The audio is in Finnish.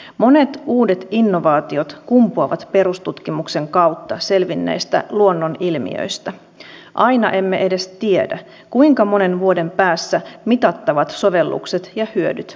tämä vähennys on merkittävä mutta uskon siihen että kun kärkihankkeisiin panostetaan yli miljardi euroa se tuo mahdollisuudet sitten meidän työllisyyden ja yrityselämän parantumiselle